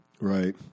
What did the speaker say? Right